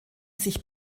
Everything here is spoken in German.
sich